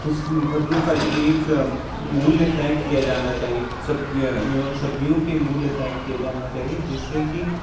इस फसलों का एक मूल्य तय किया जाना चाहिए सब सब्जियों के मूल्य तय किए जाना चाहिए जिससे कि